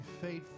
faithful